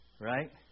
right